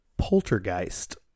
Poltergeist